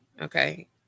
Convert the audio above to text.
Okay